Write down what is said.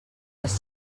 els